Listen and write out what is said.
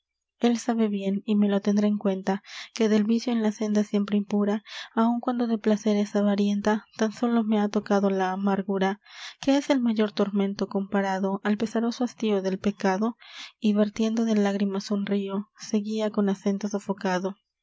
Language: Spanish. él sabe bien y me lo tendrá en cuenta que del vicio en la senda siempre impura áun cuando de placeres avarienta tan sólo me ha tocado la amargura qué es el mayor tormento comparado al pesaroso hastío del pecado y vertiendo de lágrimas un rio seguia con acento sofocado